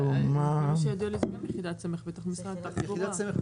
לפי מה שידוע לי זו יחידת סמך בתוך משרד התחבורה.